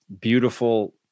beautiful